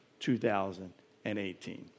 2018